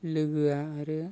लोगोआ आरो